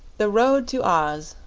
the road to oz,